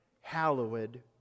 hallowed